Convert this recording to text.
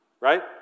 Right